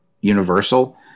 Universal